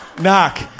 Knock